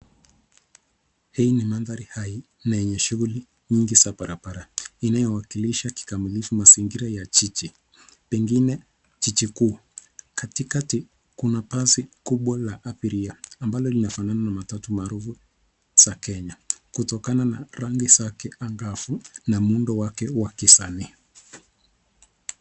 Hii ni mandhari hai na yenye shughuli nyingi za barabara inayowakilisha kikamilifu mazingira ya jiji, pengine jiji kuu. Katikati, kuna basi kubwa la abiria ambalo linafanana na matatu maarufu za Kenya kutokana na rangi zake angavu na muundo wake wa kisanii.